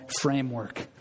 framework